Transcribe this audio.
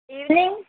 evening